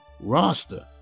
roster